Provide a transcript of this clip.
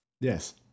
Yes